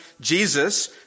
Jesus